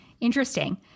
Interesting